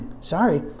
Sorry